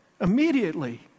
immediately